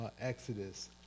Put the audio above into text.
Exodus